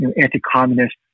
anti-communist